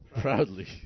Proudly